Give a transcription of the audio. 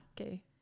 Okay